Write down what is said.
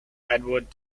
edward